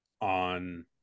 on